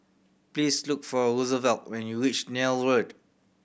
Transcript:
please look for Rosevelt when you reach Neil Road